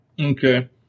Okay